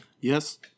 Yes